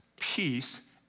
peace